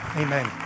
Amen